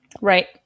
right